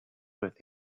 with